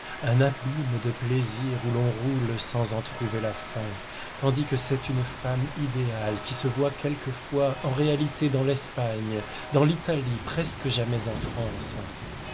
un abîme de plaisirs où l'on roule sans en trouver la fin tandis que c'est une femme idéale qui se voit quelquefois en réalité dans l'espagne dans l'italie presque jamais en france